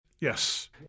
Yes